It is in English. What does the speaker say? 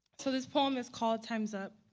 so this poem is called time's up.